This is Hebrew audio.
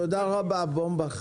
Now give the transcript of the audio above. תודה רבה בומבך.